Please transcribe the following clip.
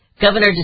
Governor